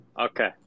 okay